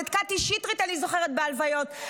את קטי שטרית אני זוכרת בהלוויות,